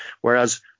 Whereas